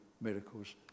miracles